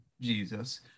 Jesus